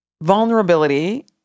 vulnerability